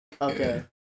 okay